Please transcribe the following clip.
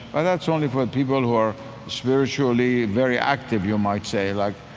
but that's only for people who are spiritually very active, you might say, like,